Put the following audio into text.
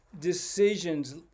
decisions